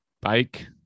bike